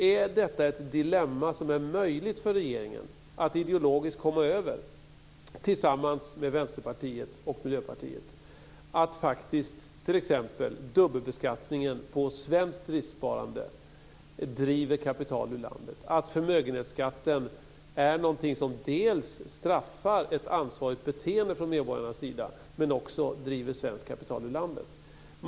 Är det ett dilemma som det är möjligt för regeringen att ideologiskt komma över tillsammans med Vänsterpartiet och Miljöpartiet att t.ex. dubbelbeskattningen på svenskt risksparande driver kapital ur landet, att förmögenhetsskatten är något som dels straffar ett ansvarigt beteende från medborgarnas sida, dels driver svenskt kapital ur landet?